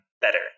better